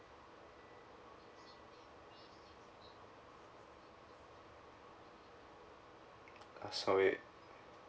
ah sorry